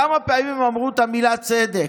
כמה פעמים הם אמרו את המילה "צדק",